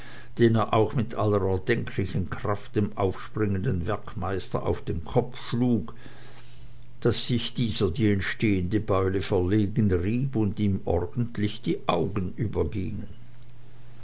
den er auch mit aller erdenklichen kraft dem aufspringenden werkmeister auf den kopf schlug daß sich dieser die entstehende beule verlegen rieb und ihm ordentlich die augen übergingen